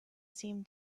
seem